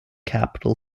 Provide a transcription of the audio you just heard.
capitol